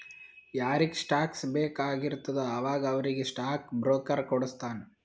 ಯಾರಿಗ್ ಸ್ಟಾಕ್ಸ್ ಬೇಕ್ ಆಗಿರ್ತುದ ಅವಾಗ ಅವ್ರಿಗ್ ಸ್ಟಾಕ್ ಬ್ರೋಕರ್ ಕೊಡುಸ್ತಾನ್